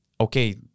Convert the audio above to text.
okay